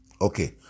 Okay